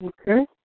Okay